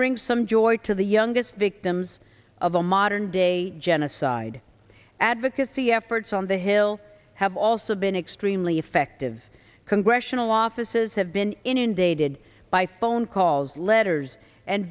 bring some joy to the youngest victims of a modern day genocide advocacy efforts on the hill have also been extremely effective congressional offices have been inundated by phone calls letters and